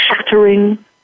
shattering